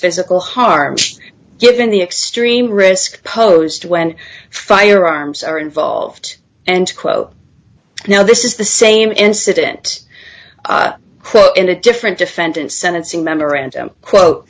physical harm given the extreme risk posed when firearms are involved and quote now this is the same incident in a different defendant sentencing memorandum quote